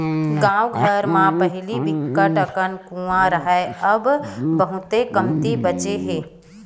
गाँव घर म पहिली बिकट अकन कुँआ राहय अब बहुते कमती बाचे हे